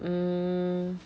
mm